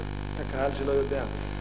לקהל שלא יודע,